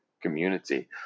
community